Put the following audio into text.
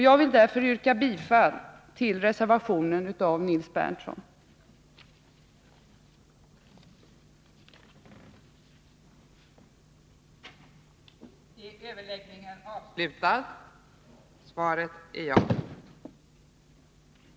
Jag vill därför yrka bifall till Nils Berndtsons reservation till konstitutionsutskottets betänkande 4.